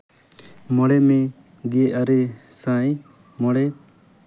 ᱢᱚᱬᱮ ᱢᱮ ᱜᱮ ᱟᱨᱮ ᱥᱟᱭ ᱢᱚᱬᱮ